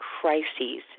crises